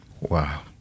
Wow